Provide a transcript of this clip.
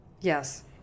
Yes